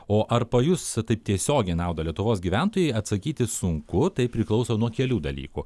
o ar pajus taip tiesiogiai naudą lietuvos gyventojai atsakyti sunku tai priklauso nuo kelių dalykų